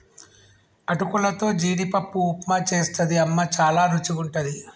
అటుకులతో జీడిపప్పు ఉప్మా చేస్తది అమ్మ చాల రుచిగుంటది